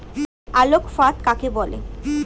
আলোক ফাঁদ কাকে বলে?